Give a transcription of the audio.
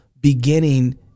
beginning